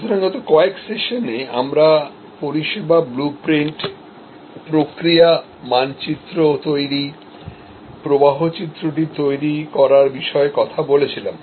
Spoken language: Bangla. সুতরাং গত কয়েক সেশনে আমরা পরিষেবা blue print প্রক্রিয়া মানচিত্র তৈরি প্রবাহ চিত্রটি তৈরি করার বিষয়ে কথা বলছিলাম